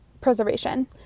preservation